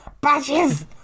Badges